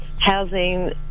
Housing